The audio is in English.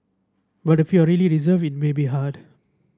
but if you are really reserved it may be hard